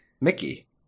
Mickey